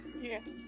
Yes